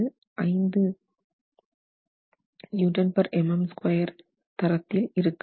5MPa 5 MPa தரத்தில் இருக்க வேண்டும்